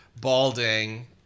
balding